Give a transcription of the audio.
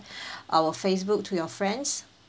our Facebook to your friends